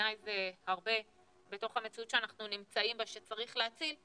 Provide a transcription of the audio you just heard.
שבעיניי זה הרבה בתוך המציאות שאנחנו נמצאים בה שצריך להציל,